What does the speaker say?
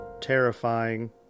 terrifying